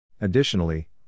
Additionally